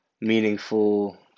meaningful